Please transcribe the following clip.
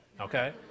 okay